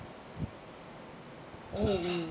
oh